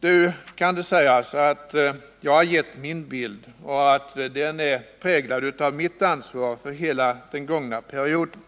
Nu kan det sägas att jag har gett min bild och att den är präglad av mitt ansvar för hela den gångna perioden.